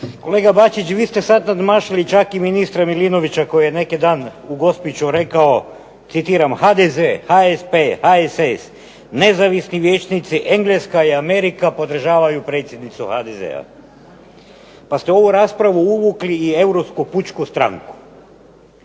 Kolega Bačić vi ste sad nadmašili čak i ministra Milinovića koji je neki dan u Gospiću rekao, citiram HDZ, HSP, HSS, nezavisni vijećnici, Engleska i Amerika podržavaju predsjednicu HDZ-am pa ste u ovu raspravu uvukli i europsku pučku stranku.